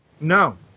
No